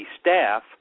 staff